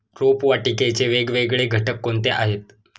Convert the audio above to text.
रोपवाटिकेचे वेगवेगळे घटक कोणते आहेत?